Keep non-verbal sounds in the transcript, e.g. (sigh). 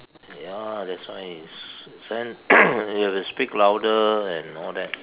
ya that's why it's then (coughs) you have to speak louder and all that